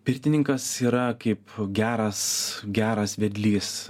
pirtininkas yra kaip geras geras vedlys